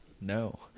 No